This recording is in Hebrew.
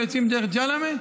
אלא יוצאים דרך ג'למה?